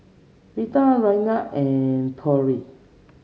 Vita Raynard and Pearle